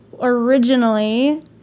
originally